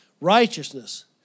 righteousness